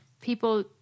people